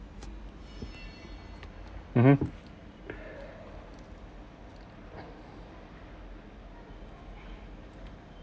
mmhmm